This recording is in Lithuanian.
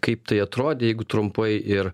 kaip tai atrodė jeigu trumpai ir